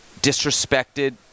disrespected